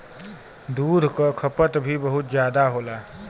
दूध क खपत भी बहुत जादा होला